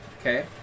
okay